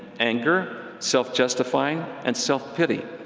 anger, self-justifying, and self-pity,